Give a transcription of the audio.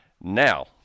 now